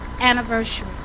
anniversary